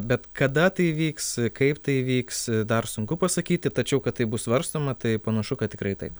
bet kada tai įvyks kaip tai įvyks dar sunku pasakyti tačiau kad tai bus svarstoma tai panašu kad tikrai taip